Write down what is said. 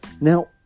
Now